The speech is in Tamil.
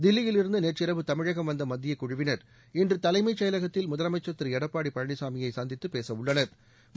தில்லியிலிருந்து நேற்றிரவு தமிழகம் வந்த மத்திய குழுவினர் இன்று தலைமைசெயலகத்தில் முதலமைச்சள் திரு எடப்பாடி பழனிசாமியை சந்தித்து பேச உள்ளனா்